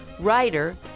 writer